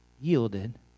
yielded